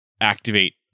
activate